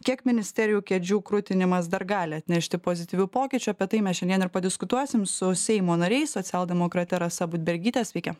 kiek ministerijų kėdžių krutinimas dar gali atnešti pozityvių pokyčių apie tai mes šiandien ir padiskutuosim su seimo nariais socialdemokrate rasa budbergyte sveiki